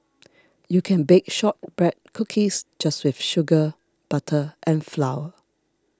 you can bake Shortbread Cookies just with sugar butter and flour